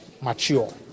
mature